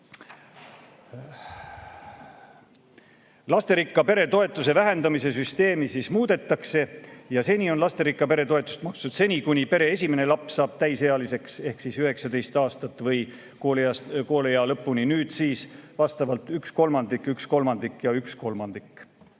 Lasterikka pere toetuse vähendamise süsteemi muudetakse. Seni on lasterikka pere toetust makstud seni, kuni pere esimene laps saab täisealiseks ehk 19 aastat või kooliea lõpuni, nüüd siis vastavalt üks kolmandik,